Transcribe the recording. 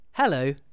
Hello